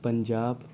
Punjab